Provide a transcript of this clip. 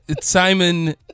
Simon